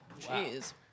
Jeez